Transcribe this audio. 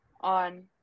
on